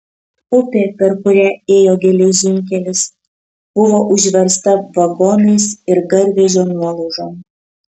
upė per kurią ėjo geležinkelis buvo užversta vagonais ir garvežio nuolaužom